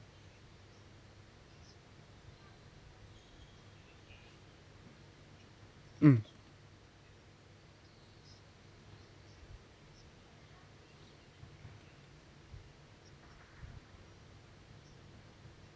mm